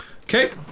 Okay